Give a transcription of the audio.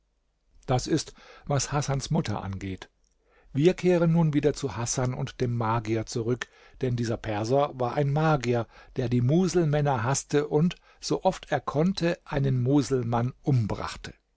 das ist was hasans mutter angeht wir kehren nun wieder zu hasan und dem magier zurück denn dieser perser war ein magier der die muselmänner haßte und so oft er konnte einen muselmann umbrachte